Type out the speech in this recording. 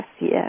yes